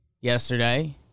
yesterday